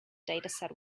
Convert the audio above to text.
dataset